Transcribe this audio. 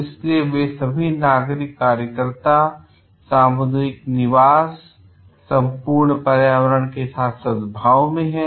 इसलिए कि वे सभी नागरिक कार्यकर्ता और सामुदायिक निवास संपूर्ण पर्यावरण के साथ सद्भाव में हैं